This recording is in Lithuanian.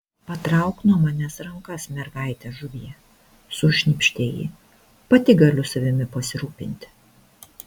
patrauk nuo manęs rankas mergaite žuvie sušnypštė ji pati galiu savimi pasirūpinti